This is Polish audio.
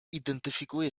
identyfikuje